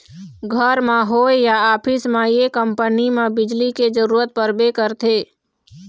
घर म होए या ऑफिस म ये कंपनी म बिजली के जरूरत परबे करथे